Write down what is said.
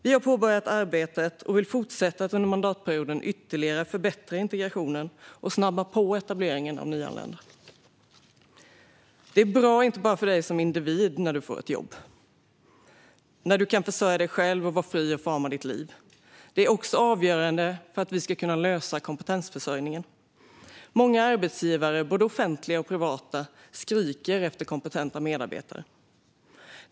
Vi har påbörjat det arbetet och vill fortsätta att under mandatperioden ytterligare förbättra integrationen och snabba på etableringen av nyanlända. Det är bra, inte bara för dig som individ, när du får ett jobb. Du kan försörja dig själv och vara fri att forma ditt eget liv. Det är också avgörande för att vi ska kunna lösa kompetensförsörjningen. Många arbetsgivare, både offentliga och privata, skriker efter kompetenta medarbetare.